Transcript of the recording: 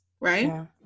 right